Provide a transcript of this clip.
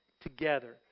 together